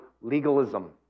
legalism